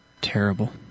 terrible